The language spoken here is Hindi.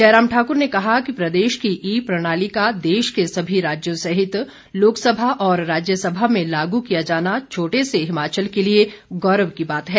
जयराम ठाक्र ने कहा कि प्रदेश की ई प्रणाली का देश के सभी राज्यों सहित लोकसभा और राज्यसभा में लागू किया जाना छोटे से हिमाचल के लिए गौरव की बात है